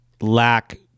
lack